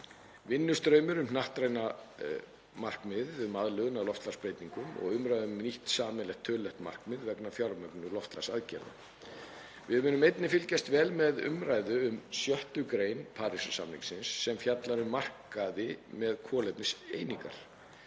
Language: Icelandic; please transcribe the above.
vinnustraum um hnattræna markmiðið um aðlögun að loftslagsbreytingum og umræður um nýtt sameiginlegt tölulegt markmið vegna fjármögnun loftslagsaðgerða. Við munum einnig fylgjast vel með umræðu um 6. gr. Parísarsamningsins sem fjallar um markaði með kolefniseiningar,